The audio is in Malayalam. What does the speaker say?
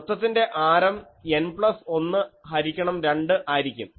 വൃത്തത്തിന്റെ ആരം N പ്ലസ് 1 ഹരിക്കണം 2 ആയിരിക്കും